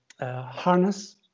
Harness